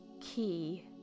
key